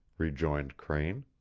rejoined crane.